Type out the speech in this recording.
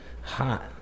hot